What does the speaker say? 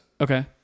Okay